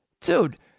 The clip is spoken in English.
dude